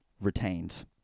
retains